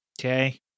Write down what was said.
Okay